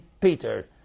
Peter